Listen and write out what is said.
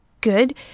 good